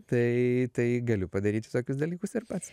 tai tai galiu padaryt visokius dalykus ir pats